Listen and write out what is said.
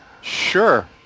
Sure